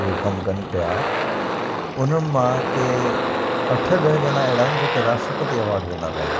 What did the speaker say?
उहे कमु कनि पिया उन्हनि मां कंहिं अठ ॾह ॼणा अहिड़ा आहिनि जेके राष्ट्रपति अवॉड विनर आहिनि